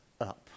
up